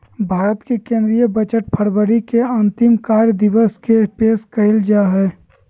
भारत के केंद्रीय बजट फरवरी के अंतिम कार्य दिवस के पेश कइल जा हइ